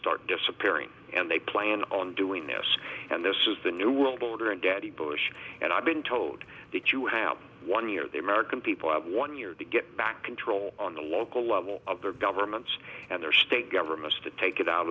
start disappearing and they plan on doing this and this is the new world order and daddy bush and i've been told that you have one year the american people have one year to get back control on the local level of their governments and their state governments to take it out